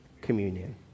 communion